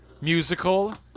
musical